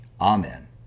Amen